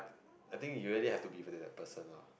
I think you already have to be that person lah